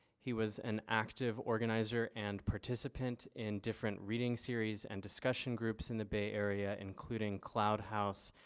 he was an active organizer and participant in different reading series and discussion groups in the bay area, including cloud house,